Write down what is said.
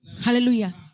Hallelujah